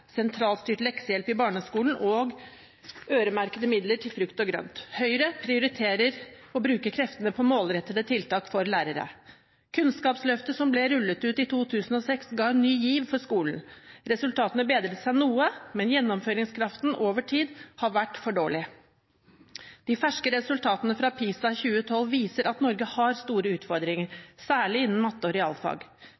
sentralstyrt leksehjelp i barneskolen og øremerkede midler til frukt og grønt. Høyre prioriterer å bruke kreftene på målrettede tiltak for lærere. Kunnskapsløftet, som ble rullet ut i 2006, ga en ny giv i skolen, resultatene bedret seg noe, men gjennomføringskraften over tid har vært for dårlig. De ferske resultatene fra PISA 2012 viser at Norge har store utfordringer,